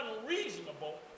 unreasonable